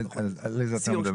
על איזה אתה מדבר?